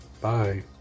Bye